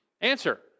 Answer